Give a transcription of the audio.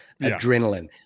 adrenaline